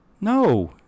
No